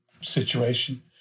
situation